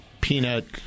peanut